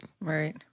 Right